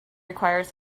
requires